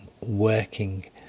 working